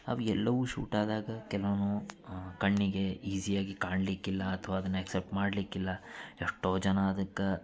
ಅವ ಎಲ್ಲವು ಶೂಟ್ ಆದಾಗ ಕೆಲೋನು ಕಣ್ಣಿಗೆ ಈಝಿಯಾಗಿ ಕಾಣ್ಲಿಕ್ಕಿಲ್ಲ ಅಥವಾ ಅದನ್ನ ಎಕ್ಸ್ಸೆಪ್ಟ್ ಮಾಡಲಿಕ್ಕಿಲ್ಲ ಎಷ್ಟೋ ಜನ ಅದಕ್ಕೆ